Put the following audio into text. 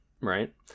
right